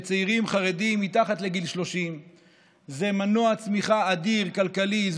לצעירים חרדים מתחת לגיל 30. זה מנוע צמיחה כלכלי אדיר.